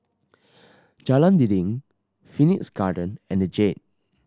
Jalan Dinding Phoenix Garden and The Jade